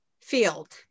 field